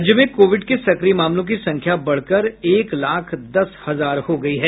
राज्य में कोविड के सक्रिय मामलों की संख्या बढ़कर एक लाख दस हजार हो गयी है